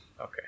Okay